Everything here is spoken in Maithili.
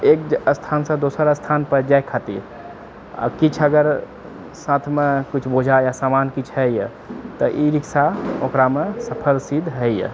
एकस्थानसँ दोसर स्थानपर जाए खातिर आ किछु अगर साथमे किछु बोझा या सामान किछु है तऽ ई रिक्शा ओकरामे सफल सिद्ध होइए